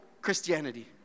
Christianity